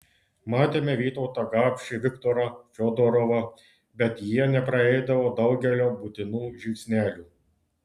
matėme vytautą gapšį viktorą fiodorovą bet jie nepraeidavo daugelio būtinų žingsnelių